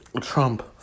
Trump